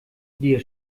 dir